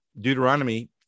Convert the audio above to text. Deuteronomy